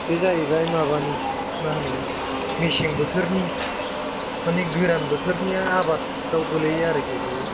बे जाहैबाय माबानि माहोनो मेसें बोथोरनि मानि गोरान बोथोरनि आबादाव गोलैयो आरोखि बियो